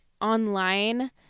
online